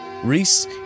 Reese